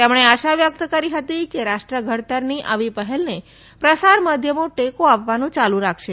તેમણે આશા વ્યકત કરી હતી કે રાષ્ટ્રધડતરની આવી પહેલને પ્રસાર માધ્યમો ટેકો આપવાનું યાલુ રાખશે